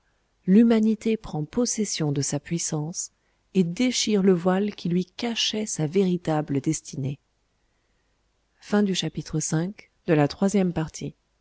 l'humanité prend possession de sa puissance et déchire le voile qui lui cachait sa véritable destinée vi